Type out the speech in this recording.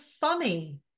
funny